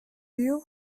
you